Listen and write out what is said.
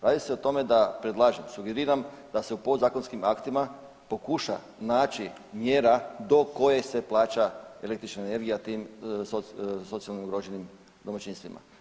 Radi se o tome da predlažem, sugeriram da se u podzakonskim aktima pokuša naći mjera do koje se plaća električna energija tim socijalno ugroženim domaćinstvima.